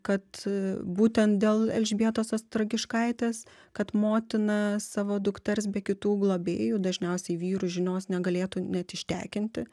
kad būtent dėl elžbietos ostrogiškaitės kad motina savo dukters be kitų globėjų dažniausiai vyrų žinios negalėtų net ištekinti